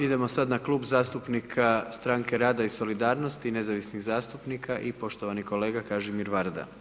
Idemo sada na Klub zastupnika Stranke rada i solidarnosti i nezavisnih zastupnika i poštovani kolega Kažimir Varda.